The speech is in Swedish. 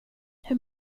hur